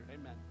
amen